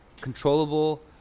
controllable